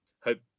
hope